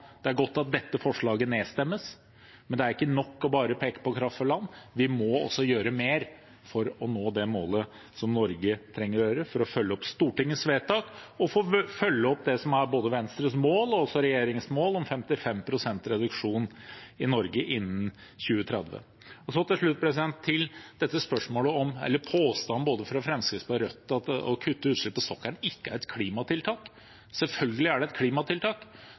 peke på kraft fra land. Vi må også gjøre mer for å følge opp Stortingets vedtak og for å følge opp og nå det som er både Venstres mål og regjeringens mål om 55 pst. reduksjon i Norge innen 2030. Så til slutt til dette spørsmålet, eller påstanden, fra både Fremskrittspartiet og Rødt om at det å kutte utslippene på sokkelen ikke er et klimatiltak. Selvfølgelig er det et klimatiltak.